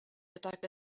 gydag